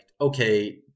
okay